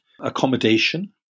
accommodation